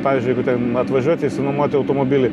pavyzdžiui jeigu ten atvažiuoti išsinuomoti automobilį